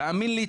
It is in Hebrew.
תאמין לי,